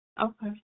Okay